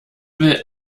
will